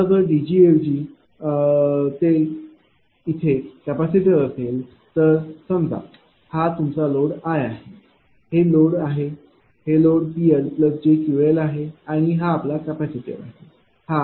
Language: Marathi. आता जर DG ऐवजी ते कॅपेसिटर असेल तर समजा हा तुमचा नोड i आहे हे लोड आहे हे लोड PLjQLआहे आणि हा आपला कॅपेसिटर आहे हा jQCआहे